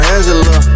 Angela